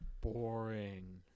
Boring